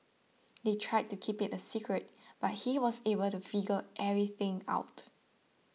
they tried to keep it a secret but he was able to figure everything out